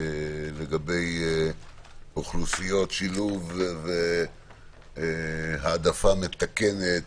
לגבי אוכלוסיות שילוב והעדפה מתקנת